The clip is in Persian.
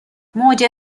موج